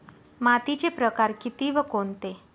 मातीचे प्रकार किती व कोणते?